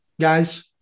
guys